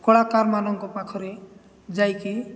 କଳାକାରମାନଙ୍କ ପାଖରେ ଯାଇକି